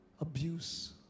Abuse